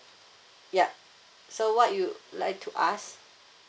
ya so what you'd like to ask